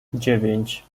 dziewięć